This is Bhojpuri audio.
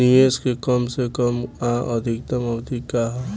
निवेश के कम से कम आ अधिकतम अवधि का है?